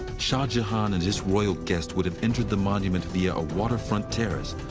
shah jahan and his royal guests would have entered the monument via a waterfront terrace,